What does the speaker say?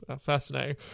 Fascinating